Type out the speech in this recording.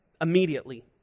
immediately